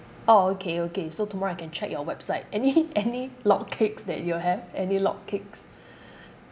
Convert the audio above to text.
orh okay okay so tomorrow I can check your website any any log cakes that you all have any log cakes